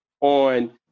on